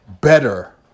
better